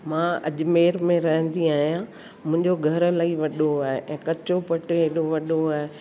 मां अजमेर में रहंदी आहियां मुंंहिंजो घरु इलाही वॾो आहे ऐं कचो पट हेॾो वॾो आहे